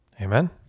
Amen